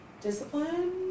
discipline